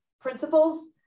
principles